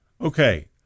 Okay